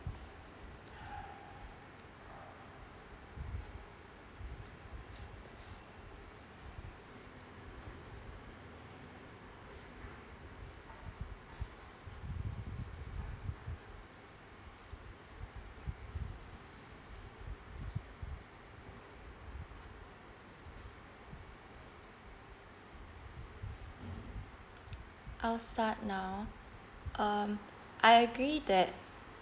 I'll start now um I agree that